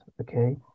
okay